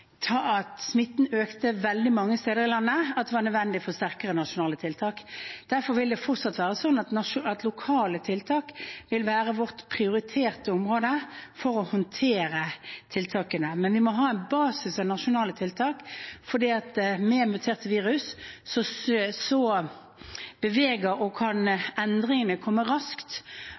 at smitten økte veldig mange steder i landet – var nødvendig med sterkere nasjonale tiltak. Derfor vil det fortsatt være slik at lokale tiltak vil være vårt prioriterte område for å håndtere tiltakene, men vi må ha en basis av nasjonale tiltak, for med muterte virus kan endringene komme raskt. Og vi ser noen steder at endringene har kommet raskt,